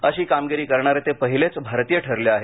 अशी कामगिरी करणारे ते पहीलेच भारतीय ठरले आहेत